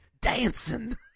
dancing